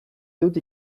dut